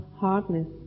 hardness